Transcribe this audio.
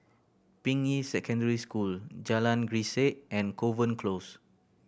Ping Yi Secondary School Jalan Grisek and Kovan Close